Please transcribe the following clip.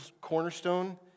cornerstone